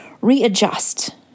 readjust